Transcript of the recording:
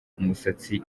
umusatsi